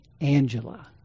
Angela